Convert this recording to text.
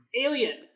Alien